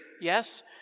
Yes